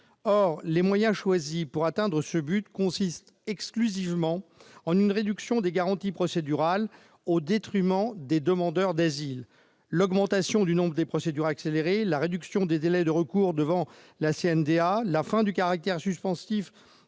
Or les moyens choisis pour atteindre ce but consistent exclusivement en une réduction des garanties procédurales, au détriment des demandeurs d'asile : augmentation du nombre de procédures accélérées, réduction des délais de recours devant la CNDA, fin du caractère suspensif